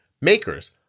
makers